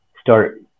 start